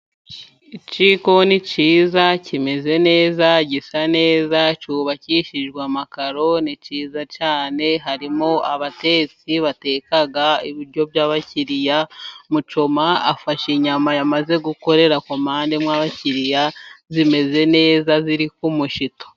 Ikikoni cyiza kimeze neza gisa neza, cyubakishijwe amakaro. Ni cyiza cyane, harimo abatetsi bateka ibiryo by'abakiriya. Mucoma afashe inyama yamaze gukorera komande mo abakiriya, zimeze neza ziri ku mushito.